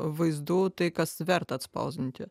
vaizdų tai kas verta atspausdinti